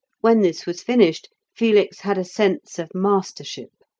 when this was finished, felix had a sense of mastership,